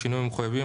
בשינויים המחויבים,